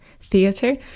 theatre